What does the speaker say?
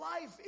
life